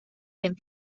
ben